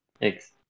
Thanks